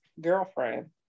girlfriend